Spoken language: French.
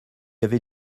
avait